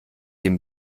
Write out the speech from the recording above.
dem